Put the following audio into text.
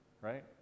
Right